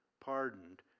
pardoned